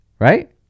right